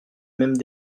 même